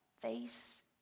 face